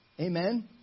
Amen